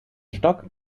stock